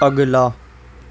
اگلا